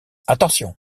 attention